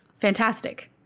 fantastic